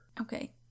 Okay